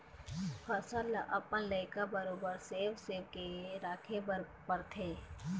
फसल ल अपन लइका बरोबर सेव सेव के राखे बर परथे